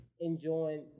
enjoying